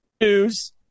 news